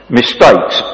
mistakes